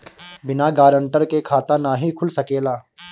बिना गारंटर के खाता नाहीं खुल सकेला?